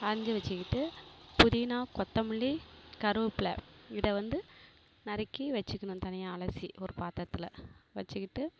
அரிஞ்சி வச்சிக்கிட்டு புதினா கொத்தமல்லி கருவேப்பிலை இதை வந்து நறுக்கி வச்சிக்கணும் தனியாக அலசி ஒரு பாத்தரத்தில் வச்சிக்கிட்டு